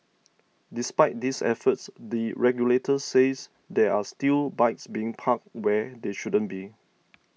despite these efforts the regulator says there are still bikes being parked where they shouldn't be